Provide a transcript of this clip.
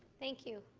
thank you.